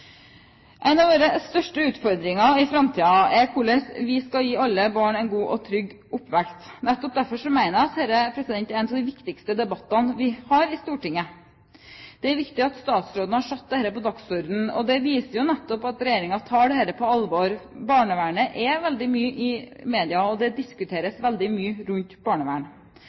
En av våre største utfordringer i framtiden er hvordan vi skal gi alle barn en god og trygg oppvekst. Nettopp derfor mener jeg at dette er en av de viktigste debattene vi har i Stortinget. Det er viktig at statsråden har satt dette på dagsordenen. Det viser nettopp at regjeringen tar dette på alvor. Barnevernet er veldig mye i media, og det diskuteres veldig mye rundt barnevernet.